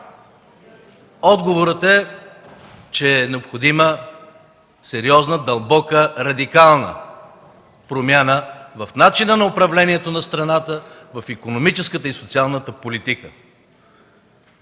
Отговорът е, че е необходима сериозна, дълбока, радикална промяна в начина на управлението на страната, в икономическата и социалната политика.